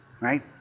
right